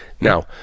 Now